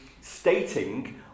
stating